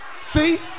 see